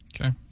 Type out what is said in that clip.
Okay